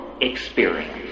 experience